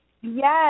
Yes